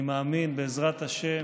אני מאמין, בעזרת השם,